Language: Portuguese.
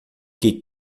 que